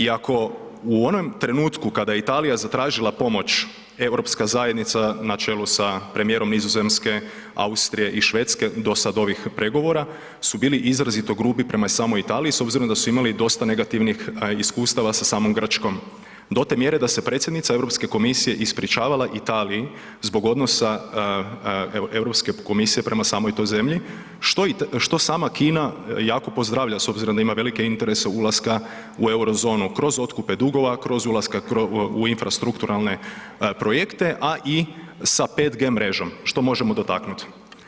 I ako u onom trenutku kada je Italija zatražila pomoć, europska zajednica, na čelu sa premijerom Nizozemske, Austrije i Švedska, dosad ovih pregovora su bili izrazito grubi prema samoj Italiji s obzirom da su imali dosta negativnih iskustava sa samom Grčkom do te mjere da se predsjednica EU komisije ispričavala Italiji zbog odnosa EU komisije prema samoj toj zemlji, što sama Kina jako pozdravlja, s obzirom da ima velike interese ulaska u Eurozonu, kroz otkupe dugova, kroz ulaske u infrastrukturalne projekte, a i sa 5G mrežom, što možemo dotaknuti.